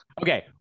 Okay